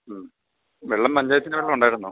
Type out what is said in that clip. മ് വെള്ളം പഞ്ചായത്തിൻ്റെ വെള്ളമുണ്ടായിരുന്നു